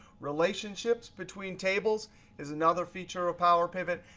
relationships between tables is another feature of power pivot.